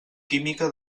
química